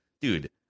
dude